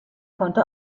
konnte